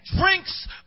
drinks